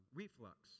reflux